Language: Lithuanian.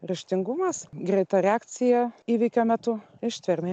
ryžtingumas greita reakcija įvykio metu ištvermė